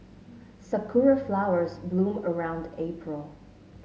sakura flowers bloom around April